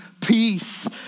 peace